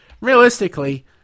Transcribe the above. Realistically